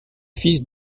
fils